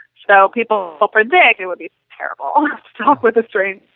so people will predict it would be terrible to talk with a stranger,